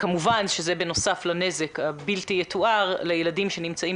כמובן שזה בנוסף לנזק הבלתי יתואר לילדים שנמצאים